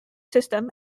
system